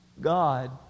God